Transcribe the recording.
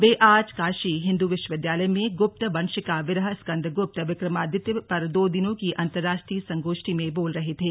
वे आज काशी हिंदू विश्व विद्यालय में गुप्तवंशिका विरह स्कंदगुप्त विक्रमादित्य पर दो दिनों की अंतर्राष्ट्रीय संगोष्ठी में बोल रहे थे